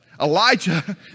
Elijah